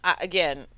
again